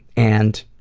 and